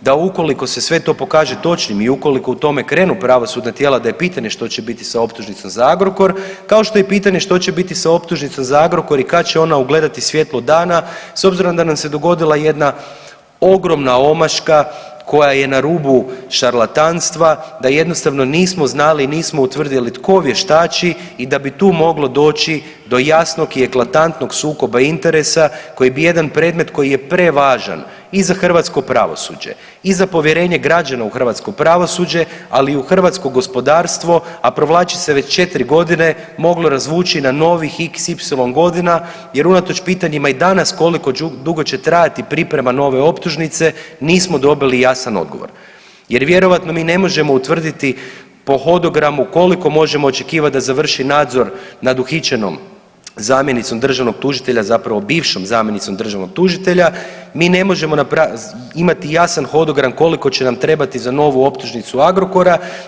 da ukoliko se sve to pokaže točnim i ukoliko u tome krenu pravosudna tijela da je pitanje što će biti sa optužnicom za Agrokor kao što je i pitanje što će biti sa optužnicom za Agrokor i kad će ona ugledati svjetlo dana s obzirom da nam se dogodila jedna ogromna omaška koja je na rubu šarlatanstva da jednostavno nismo znali, nismo utvrdili tko vještači i da bi tu moglo doći do jasnog i eklatantnog sukoba interesa koji bi jedan predmet koji je prevažan i za hrvatsko pravosuđe i za povjerenje građana u hrvatsko pravosuđe, ali i u hrvatsko gospodarstvo, a provlači se već 4 godine moglo razvući na novih xy godina jer unatoč pitanjima koliko dugo će trajati priprema nove optužnice nismo dobili jasan odgovor jer vjerojatno ni ne možemo utvrditi po hodogramu koliko možemo očekivati da završi nadzor nad uhićenom zamjenicom državnog tužitelja, zapravo bivšom zamjenicom državnog tužitelja, mi ne možemo imati jasan hodogram koliko će nam trebati za novu optužnicu Agrokora.